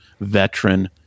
veteran